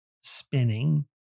Spinning